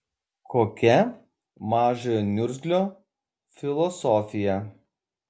kokia mažojo niurzglio filosofija